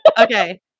Okay